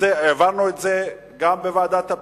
והעברנו את זה גם בוועדת הפנים,